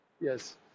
Yes